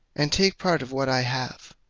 and take part of what i have.